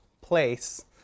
place